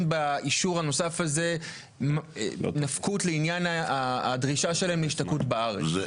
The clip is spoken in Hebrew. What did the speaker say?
באישור הנוסף הזה נפקות לעניין הדרישה שלהם להשתקעות בארץ?